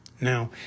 Now